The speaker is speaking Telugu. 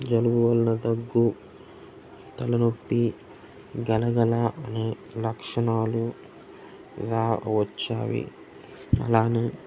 జలుబు వల్ల దగ్గు తల నొప్పి గరగలా అనే లక్షణాలు లా వచ్చావి అలానే